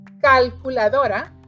calculadora